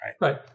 Right